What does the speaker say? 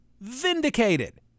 vindicated